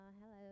Hello